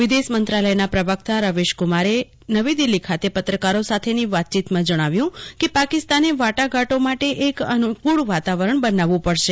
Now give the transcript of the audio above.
વિદેશ મંત્રાલયના પ્રવક્તા રવીશ્રકુમારે આજે નવી દિલ્હીમાં પત્રકારો સાથેની વાતચીતમાં જજ્ઞાવ્યું કે પાકિસ્તાને વાટાઘાટો માટે એક અનુકુલ વાતાવરણ બનાવવું પડશે